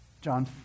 John